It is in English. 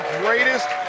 greatest